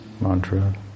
Mantra